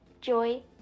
joy